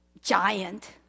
giant